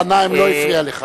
גנאים לא הפריע לך.